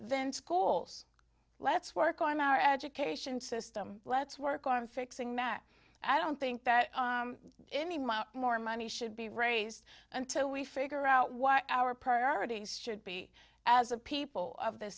then schools let's work on our education system let's work on fixing math i don't think that any more money should be raised until we figure out what our priorities should be as a people of the